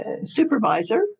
supervisor